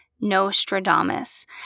Nostradamus